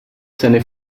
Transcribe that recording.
seine